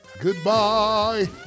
goodbye